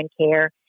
care